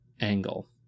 angle